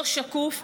לא שקוף,